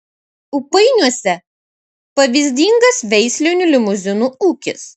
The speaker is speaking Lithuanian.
ūpainiuose pavyzdingas veislinių limuzinų ūkis